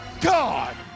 God